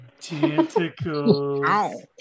Tentacles